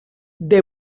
they